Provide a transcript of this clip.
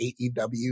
AEW